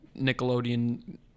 Nickelodeon